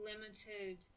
limited